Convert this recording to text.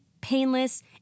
painless